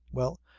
well,